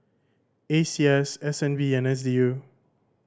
A C S S N B and S D U